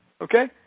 Okay